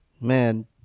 Man